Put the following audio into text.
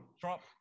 Trump